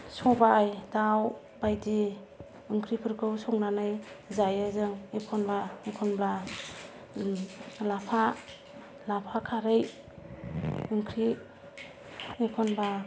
सबाय दाव बायदि ओंख्रिफोरखौ संनानै जायो जों एखनब्ला एखनब्ला लाफा लाफा खारै ओंख्रि एखनब्ला